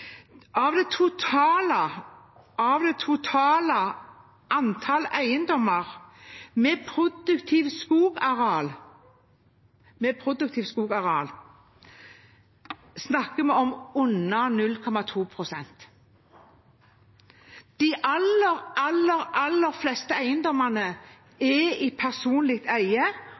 Av det totale antall eiendommer med produktivt skogareal snakker vi om under 0,2 pst. De aller fleste eiendommene er i personlig eie